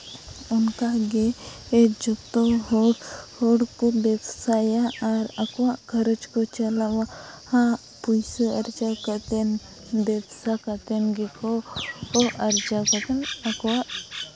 ᱚᱱᱠᱟᱜᱮ ᱡᱚᱛᱚ ᱦᱚᱲ ᱦᱚᱲ ᱠᱚ ᱵᱮᱵᱽᱥᱟᱭᱟ ᱟᱨ ᱟᱠᱚᱣᱟᱜ ᱜᱷᱟᱨᱚᱸᱡᱽ ᱠᱚ ᱪᱟᱞᱟᱣᱟ ᱟᱨ ᱯᱩᱭᱥᱟᱹ ᱟᱨᱡᱟᱣᱟ ᱠᱟᱛᱮᱫ ᱟᱨ ᱵᱮᱵᱽᱥᱟ ᱠᱟᱛᱮᱫ ᱜᱮᱠᱚ ᱟᱨᱡᱟᱣ ᱠᱟᱛᱮᱫ ᱟᱠᱚᱣᱟᱜ